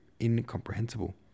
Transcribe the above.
incomprehensible